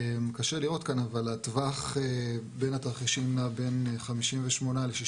קשה לראות כאן אבל הטווח בין התרחישים נע בין 58%-61%,